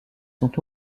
sont